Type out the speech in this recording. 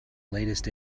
latest